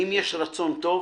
אם יש רצון טוב,